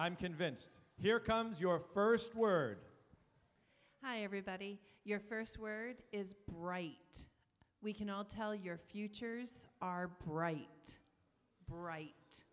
i'm convinced here comes your first word hi everybody your first word is bright we can all tell your futures are bright bright